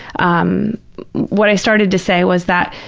um what i started to say was that,